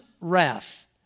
wrath